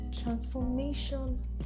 transformation